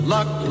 Luck